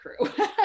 crew